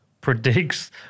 predicts